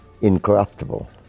incorruptible